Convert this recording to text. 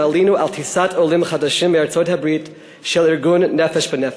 ועלינו על טיסת עולים חדשים מארצות-הברית של ארגון "נפש בנפש".